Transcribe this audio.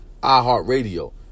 iHeartRadio